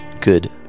good